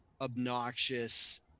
obnoxious